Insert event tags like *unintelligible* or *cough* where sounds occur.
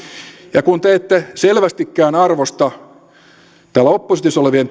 ja kun te ette selvästikään arvosta täällä oppositiossa olevien *unintelligible*